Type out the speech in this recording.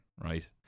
right